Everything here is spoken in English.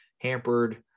hampered